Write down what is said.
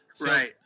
Right